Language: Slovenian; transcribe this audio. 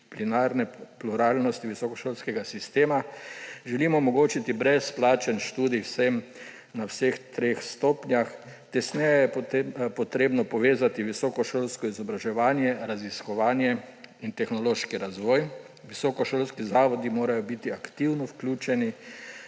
disciplinarne pluralnosti visokošolskega sistema. Želimo omogočiti brezplačen študij vsem na vseh treh stopnjah. Tesneje je potrebno povezati visokošolsko izobraževanje, raziskovanje in tehnološki razvoj. Visokošolski zavodi morajo biti aktivno vključeni